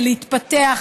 להתפתח,